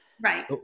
Right